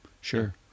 sure